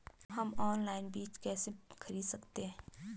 हम ऑनलाइन बीज कैसे खरीद सकते हैं?